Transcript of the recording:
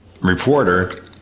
reporter